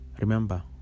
Remember